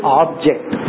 object